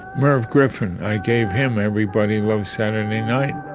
merv griffin. i gave him, everybody loves saturday night